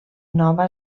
nova